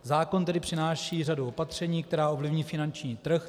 Zákon tedy přináší řadu opatření, která ovlivní finanční trh.